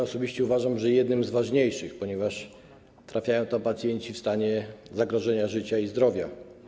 Osobiście uważam, że jednym z ważniejszych, ponieważ trafiają tam pacjenci w stanie zagrożenia życia i zdrowia.